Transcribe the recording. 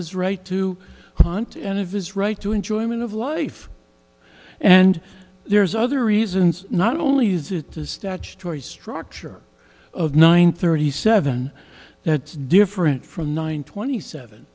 his right to hunt and of his right to enjoyment of life and there's other reasons not only is it the statutory structure of nine thirty seven that's different from nine twenty seven